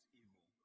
evil